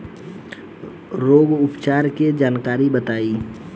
रोग उपचार के जानकारी बताई?